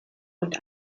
und